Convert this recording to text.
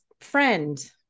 friend